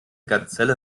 gazelle